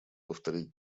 повторить